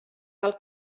cal